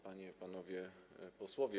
Panie i Panowie Posłowie!